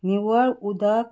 निवळ उदक